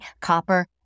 copper